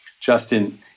Justin